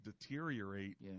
deteriorate